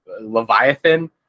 Leviathan